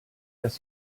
dass